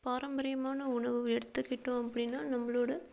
பாரம்பரியமான உணவு எடுத்துக்கிட்டோம் அப்படின்னா நம்மளோட